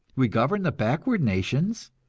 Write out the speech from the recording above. we govern the backward nations,